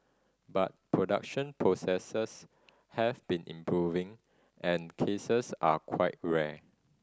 but production processes have been improving and cases are quite rare